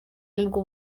nibwo